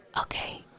Okay